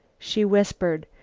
she whispered,